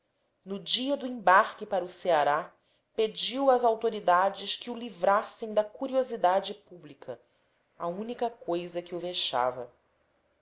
no dia do embarque para o ceará pediu às autoridades que o livrassem da curiosidade pública a única coisa que o vexava